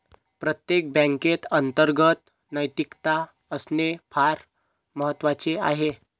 प्रत्येक बँकेत अंतर्गत नैतिकता असणे फार महत्वाचे आहे